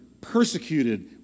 persecuted